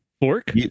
fork